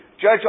Judge